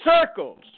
circles